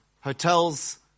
hotels